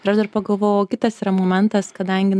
ir aš dar pagalvojau kitas yra momentas kadangi